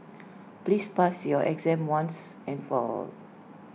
please pass your exam once and for all